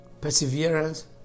Perseverance